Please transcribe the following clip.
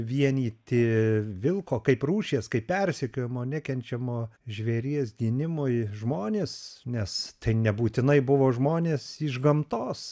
vienyti vilko kaip rūšies kaip persekiojamo nekenčiamo žvėries gynimui žmones nes tai nebūtinai buvo žmonės iš gamtos